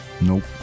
Nope